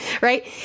Right